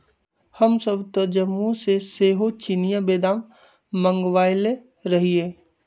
हमसभ तऽ जम्मूओ से सेहो चिनियाँ बेदाम मँगवएले रहीयइ